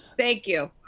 thank you.